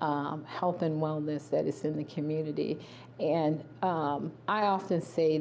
health and wellness that is in the community and i often say